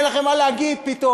אין לכם מה להגיד פתאום.